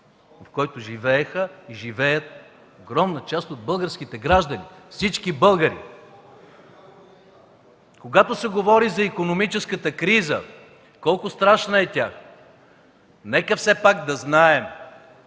в който живееха и живеят огромна част от българските граждани, всички българи. Когато се говори за икономическата криза – колко страшна е тя, нека все пак да знаем